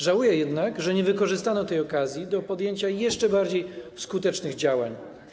Żałuję jednak, że nie wykorzystano tej okazji do podjęcia jeszcze bardziej skutecznych działań.